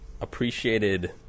appreciated